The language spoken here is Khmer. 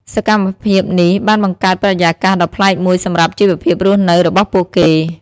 សកម្មភាពនេះបានបង្កើតបរិយាកាសដ៏ប្លែកមួយសម្រាប់ជីវភាពរស់នៅរបស់ពួកគេ។